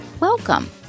Welcome